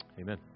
Amen